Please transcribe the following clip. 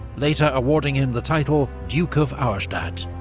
later awarding him the title duke of auerstadt.